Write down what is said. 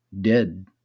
dead